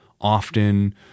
often